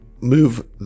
move